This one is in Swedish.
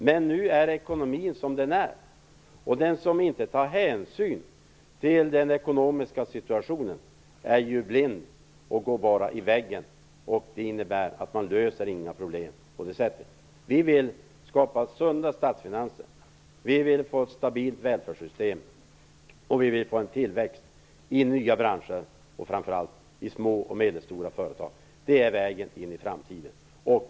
Men nu är ekonomin som den är, och den som inte tar hänsyn till den ekonomiska situationen är ju blind och går bara in i väggen. Man löser inte några problem på det sättet. Vi vill skapa sunda statsfinanser. Vi vill få ett stabilt välfärdssystem. Vi vill få en tillväxt i nya branscher och framför allt i små och medelstora företag. Det är vägen in i framtiden.